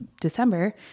December